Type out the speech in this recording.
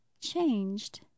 changed